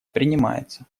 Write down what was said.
принимается